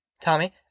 Tommy